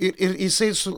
ir ir jisai su